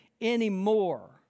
anymore